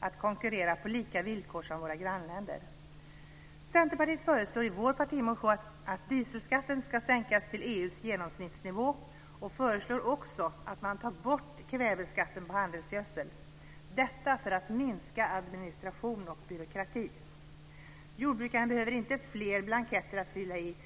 att konkurrera på lika villkor med våra grannländer. Centerpartiet föreslår i sin partimotion att dieselskatten ska sänkas till EU:s genomsnittsnivå och även att kväveskatten på handelsgödsel ska tas bort, detta för att minska administration och byråkrati. Jordbrukaren behöver inte fler blanketter att fylla i.